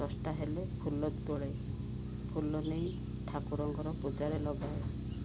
ଦଶ୍ଟା ହେଲେ ଫୁଲ ତୋଳେ ଫୁଲ ନେଇ ଠାକୁରଙ୍କର ପୂଜାରେ ଲଗାଏ